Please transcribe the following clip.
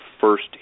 first